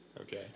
Okay